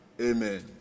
Amen